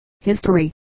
History